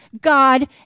God